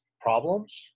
problems